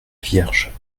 vierge